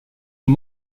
aux